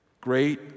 Great